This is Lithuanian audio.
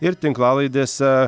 ir tinklalaidėse